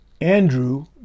Andrew